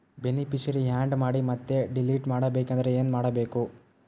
Beneficiary, add ಮಾಡಿ ಮತ್ತೆ delete ಮಾಡಬೇಕೆಂದರೆ ಏನ್ ಮಾಡಬೇಕು?